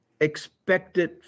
expected